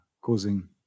causing